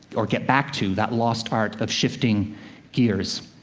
or get back to that lost art of shifting gears.